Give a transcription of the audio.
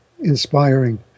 inspiring